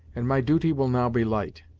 and my duty will now be light.